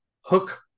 hook